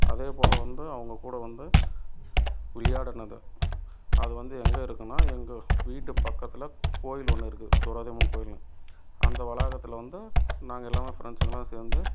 அதேபோல் வந்து அவங்க கூட வந்து விளையாடினது அது வந்து எங்கே இருக்குதுனா எங்கள் வீட்டு பக்கத்தில் கோவில் ஒன்று இருக்குது திரௌபதி அம்மன் கோவில்னு அந்த வளாகத்தில் வந்து நாங்கள் எல்லாமே ஃப்ரண்ட்ஸுங்களாம் சேர்ந்து